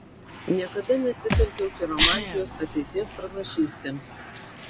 niekada nesitelkiau chiromantijos ateities pranašystėms